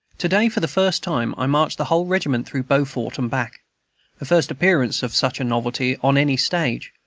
to-day, for the first time, i marched the whole regiment through beaufort and back the first appearance of such a novelty on any stage.